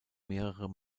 mehrere